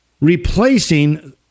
replacing